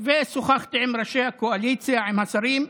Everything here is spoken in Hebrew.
ושוחחתי עם ראשי הקואליציה ועם השרים,